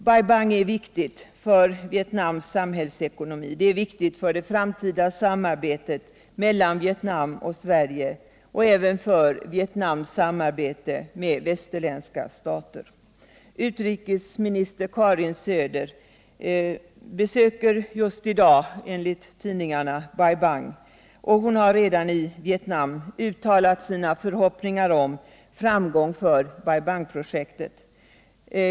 Bai Bang är viktigt för Vietnams samhällsekonomi. Det är viktigt för det framtida samarbetet mellan Vietnam och Sverige och även för Vietnams samarbete med västerländska stater. Utrikesminister Karin Söder besöker just i dag enligt tidningarna Bai Bang. Hon har i Vietnam redan uttalat sina förhoppningar om framgång för Bai Bang-projektet.